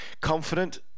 confident